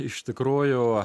iš tikrųjų